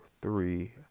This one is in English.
three